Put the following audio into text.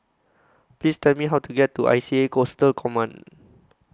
Please Tell Me How to get to I C A Coastal Command